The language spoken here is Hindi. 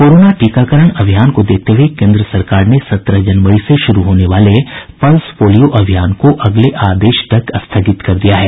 कोरोना टीकाकरण अभियान को देखते हुए केन्द्र सरकार ने सत्रह जनवरी से शुरू होने वाले पल्स पोलियो अभियान को अगले आदेश तक स्थगित कर दिया है